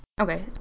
Okay